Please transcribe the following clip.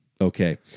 Okay